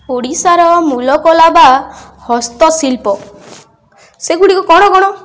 ଓଡ଼ିଶାର ମୂଳକଳା ବା ହସ୍ତଶିଳ୍ପ ସେଗୁଡ଼ିକ କ'ଣ କ'ଣ